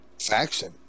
faction